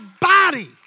body